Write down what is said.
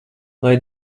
lai